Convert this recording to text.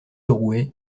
drouet